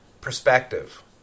perspective